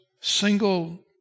single